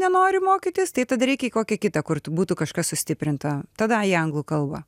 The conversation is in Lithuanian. nenori mokytis tai tada reikia į kokią kitą kur tu būtų kažkas sustiprinta tada į anglų kalbą